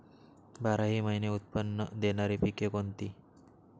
बाराही महिने उत्त्पन्न देणारी पिके कोणती?